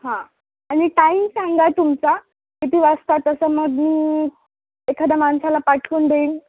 हां आणि टाईम सांगा तुमचा किती वाजता तसं मग मी एखाद्या माणसाला पाठवून देईन